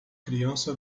criança